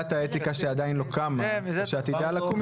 בתור יושב-ראש ועדה האתיקה שעדיין לא קמה ושעתידה לקום,